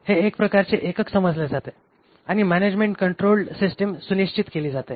तर हे एक प्रकारचे एकक समजले जाते आणि मॅनेजमेंट कंट्रोलड सिस्टीम सुनिश्चित केली जाते